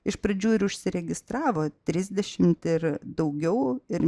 iš pradžių ir užsiregistravo trisdešimt ir daugiau ir